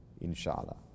inshallah